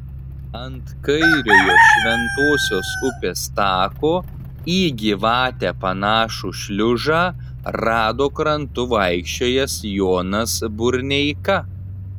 ant kairiojo šventosios upės tako į gyvatę panašų šliužą rado krantu vaikščiojęs jonas burneika